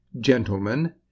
Gentlemen